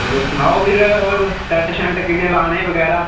ते तुस सनाओ फ्ही टैंट शैंट किन्ने लाने बगैरा